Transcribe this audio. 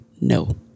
no